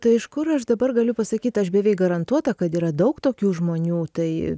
tai iš kur aš dabar galiu pasakyt aš beveik garantuota kad yra daug tokių žmonių tai